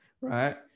right